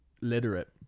literate